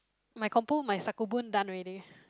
my compo my sakubun done already